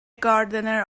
gardener